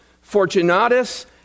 Fortunatus